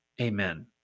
Amen